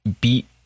beat